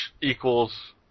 equals